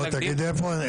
תגידו איפה הבעיה.